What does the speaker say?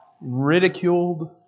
ridiculed